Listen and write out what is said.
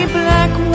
black